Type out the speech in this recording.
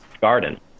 garden